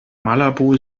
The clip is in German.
malabo